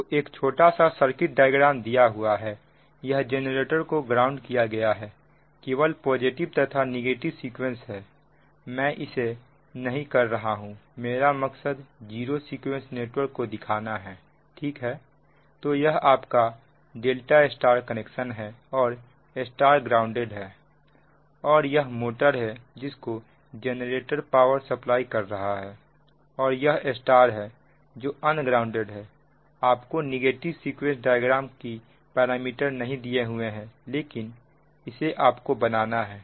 तो एक छोटा सा सर्किट डायग्राम दिया हुआ है यह जेनरेटर को ग्राउंड किया गया है केवल पॉजिटिव तथा नेगेटिव सीक्वेंस है मैं इसे नहीं कर रहा हूं मेरा मकसद जीरो सीक्वेंस नेटवर्क को दिखाना है ठीक है तो यह आपका ∆ Y कनेक्शन है और Y ग्राउंडेड है और यह मोटर है जिसको जेनरेटर पावर सप्लाई कर रहा है और यह Y है जो अनग्राउंडेड है आप को नेगेटिव सीक्वेंस डायग्राम की पैरामीटर नहीं दिए हुए हैं लेकिन इसे आपको बनाना है